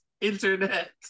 internet